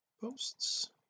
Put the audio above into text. posts